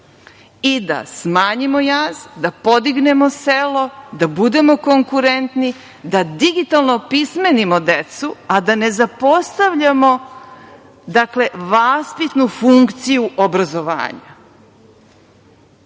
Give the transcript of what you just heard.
i da smanjimo jaz, da podignemo selo, da budemo konkurentni, da digitalno opismenimo decu, a da ne zapostavljamo vaspitnu funkciju obrazovanja.